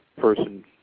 person